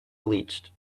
bleached